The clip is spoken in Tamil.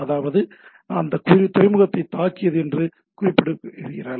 அதாவது அது அந்த துறைமுகத்தைத் தாக்கியது என்று குறிப்பிடுகிறீர்கள்